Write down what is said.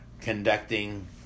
conducting